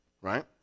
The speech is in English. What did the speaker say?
right